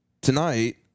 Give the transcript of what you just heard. tonight